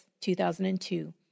2002